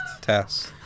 Test